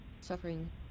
suffering